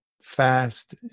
Fast